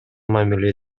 мамиле